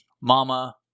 Mama